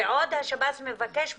ועוד השב"ס מבקש מהם,